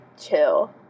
chill